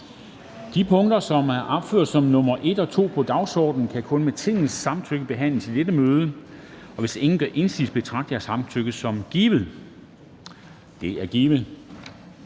De sager, som er opført under punkt 1 og 2 på dagsordenen, kan kun med Tingets samtykke behandles i dette møde. Og hvis ingen gør indsigelse, betragter jeg samtykket som givet. Det er givet.